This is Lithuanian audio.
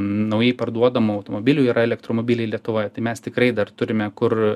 naujai parduodamų automobilių yra elektromobiliai lietuvoje tai mes tikrai dar turime kur